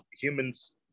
humans